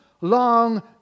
long